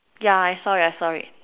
ya I saw it I saw it